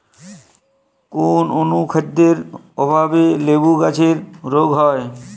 কোন অনুখাদ্যের অভাবে লেবু গাছের রোগ হয়?